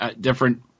different